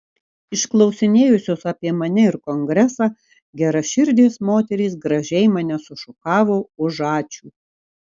išklausinėjusios apie mane ir kongresą geraširdės moterys gražiai mane sušukavo už ačiū